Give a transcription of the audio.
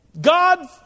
God